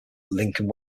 linking